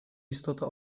istota